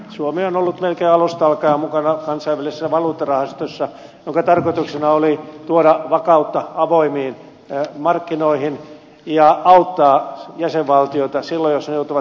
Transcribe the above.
suomi on ollut melkein alusta alkaen mukana kansainvälisessä valuuttarahastossa jonka tarkoituksena oli tuoda vakautta avoimiin markkinoihin ja auttaa jäsenvaltioita silloin jos ne joutuvat tilapäisiin vaikeuksiin